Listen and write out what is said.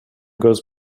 goes